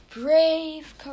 brave